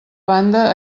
banda